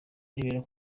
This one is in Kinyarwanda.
ribera